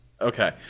Okay